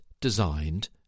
designed